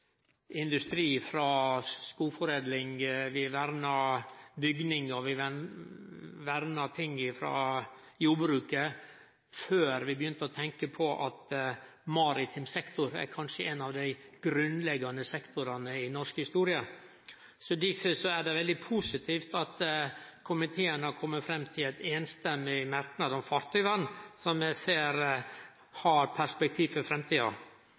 industri frå skogforedling, vi verna bygningar, og vi verna ting frå jordbruket før vi begynte å tenkje på at maritim sektor kanskje er ein av dei grunnleggjande sektorane i norsk historie. Derfor er det veldig positivt at komiteen har kome fram til ein einstemmig merknad om fartøyvern, som eg ser har perspektiv for framtida.